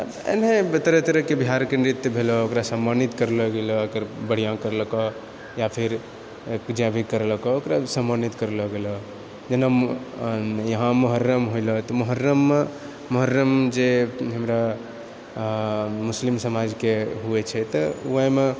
एनाहे तरह तरहकेँ बिहारके नृत्य भेलो ओकरा सम्मानित करलो गेलो अगर बढ़िआँ करलको या फिर जेभी करलको ओकरा सम्मानित करलो गेलो जेना यहाँ मोहर्रम होइलो तऽ मोहर्रममे मोहर्रम जे हमरा मुस्लिम समाजके होइत छै तऽ ओहिमे